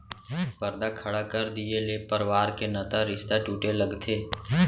परदा खड़ा कर दिये ले परवार के नता रिस्ता टूटे लगथे